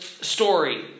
story